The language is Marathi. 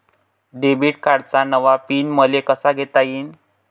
डेबिट कार्डचा नवा पिन मले कसा घेता येईन?